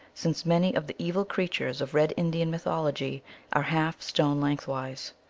since many of the evil creatures of red indian mythology are half stone lengthwise.